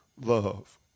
love